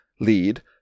lead